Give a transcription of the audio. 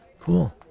Cool